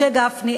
משה גפני,